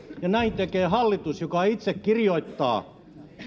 näin tekee hallitus joka itse kirjoittaa